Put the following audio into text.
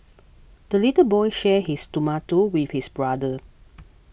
the little boy shared his tomato with his brother